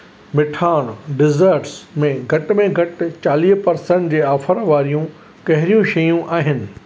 मिठाण डिज़र्ट्स में घटि में घटि चालीह पर्सेंट जे ऑफर वारियूं कहिड़ियूं शयूं आहिनि